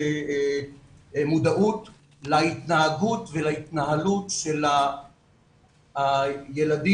מבחינת מודעות להתנהגות ולהתנהלות של הילדים,